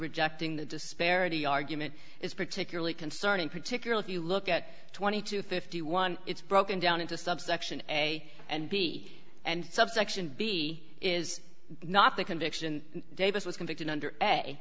rejecting the disparity argument is particularly concerning particularly if you look at twenty two fifty one it's broken down into subsection a and b and subsection b is not the conviction davis was convicted under